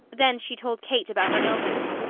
then she told kate about her illness.